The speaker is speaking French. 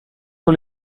sur